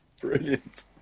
brilliant